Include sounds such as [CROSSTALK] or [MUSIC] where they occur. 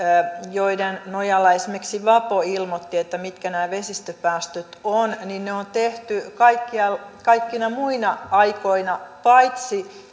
joiden nojalla esimerkiksi vapo ilmoitti mitkä nämä vesistöpäästöt ovat on tehty kaikkina muina aikoina paitsi [UNINTELLIGIBLE]